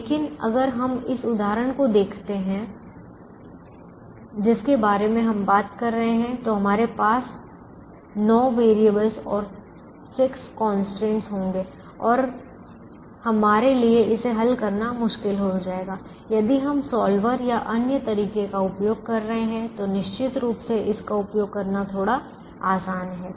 लेकिन अगर हम इस उदाहरण को देखते हैं जिसके बारे में हम बात कर रहे हैं तो हमारे पास 9 वेरिएबलस और 6 कंस्ट्रेंटस होंगे और हमारे लिए इसे हल करना मुश्किल हो जाएगा यदि हम सॉल्वर या अन्य तरीके का उपयोग कर रहे हैं तो निश्चित रूप से इसका उपयोग करना थोड़ा आसान है